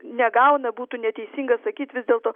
negauna būtų neteisinga sakyt vis dėlto